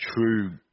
true